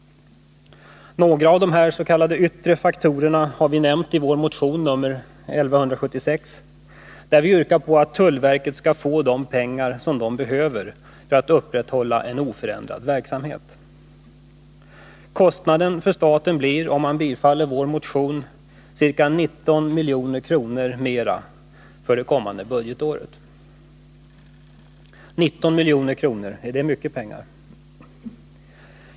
Några av de s.k. yttre faktorerna har vi nämnt i vår motion nr 1176, där vi yrkar på att tullverket skall få de pengar som verket behöver för att kunna upprätthålla en oförändrad verksamhet. Kostnaden för staten blir, om vår motion bifalls, ca 19 milj.kr. större för det kommande budgetåret. 19 milj.kr. — är det mycket pengar?